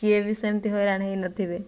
କିଏ ବି ସେମିତି ହୋଇରାଣ ହେଇନଥିବେ